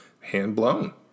hand-blown